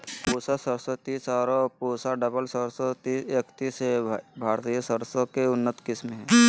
पूसा सरसों तीस आरो पूसा डबल जीरो सरसों एकतीस भारतीय सरसों के उन्नत किस्म हय